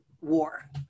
war